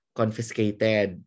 confiscated